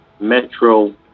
Metro